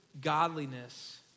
godliness